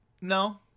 No